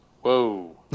Whoa